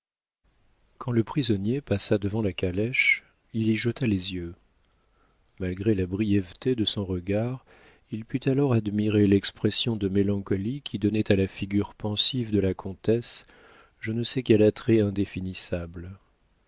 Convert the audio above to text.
quand le prisonnier passa devant la calèche il y jeta les yeux malgré la brièveté de son regard il put alors admirer l'expression de mélancolie qui donnait à la figure pensive de la comtesse je ne sais quel attrait indéfinissable